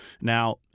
Now